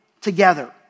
together